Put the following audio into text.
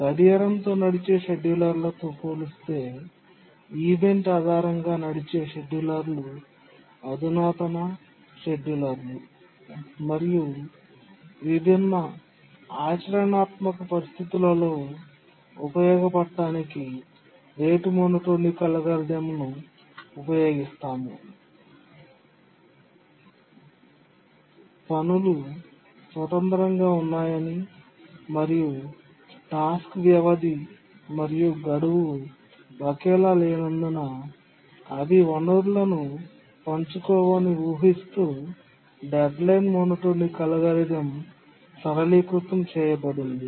గడియారంతో నడిచే షెడ్యూలర్లతో పోలిస్తే ఈవెంట్ ఆధారంగా గా నడిచే షెడ్యూలర్లు అధునాతన షెడ్యూలర్లు మరియు విభిన్న ఆచరణాత్మక పరిస్థితులలో ఉపయోగపడటానికి రేటు మోనోటోనిక్ అల్గోరిథం ను ఉపయోగిస్తాము పనులు స్వతంత్రంగా ఉన్నాయని మరియు టాస్క్ వ్యవధి మరియు గడువు ఒకేలా లేనందున అవి వనరులను పంచుకోవని ఊహిస్తూ డెడ్లైన్ మోనోటోనిక్ అల్గోరిథం సరళీకృతం చేయబడింది